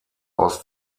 aus